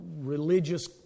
religious